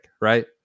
right